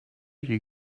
you